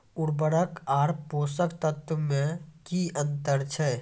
उर्वरक आर पोसक तत्व मे की अन्तर छै?